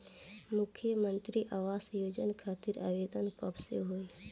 मुख्यमंत्री आवास योजना खातिर आवेदन कब से होई?